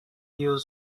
huge